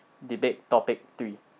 debate topic three